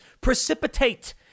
precipitate